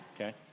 Okay